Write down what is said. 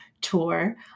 tour